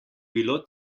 bilo